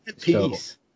Peace